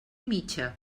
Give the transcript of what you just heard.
mitja